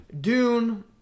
Dune